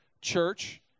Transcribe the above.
church